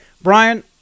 Brian